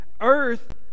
earth